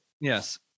yes